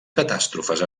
catàstrofes